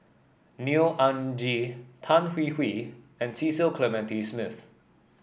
Neo Anngee Tan Hwee Hwee and Cecil Clementi Smith